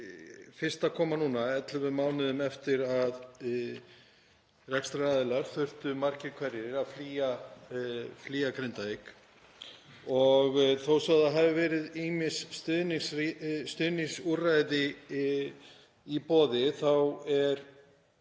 fyrst að koma núna, ellefu mánuðum eftir að rekstraraðilar þurftu margir hverjir að flýja Grindavík. Þó svo að það hafi verið ýmis stuðningsúrræði í boði þá erum